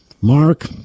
Mark